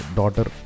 daughter